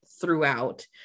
throughout